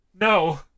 No